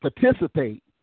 participate